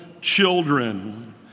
children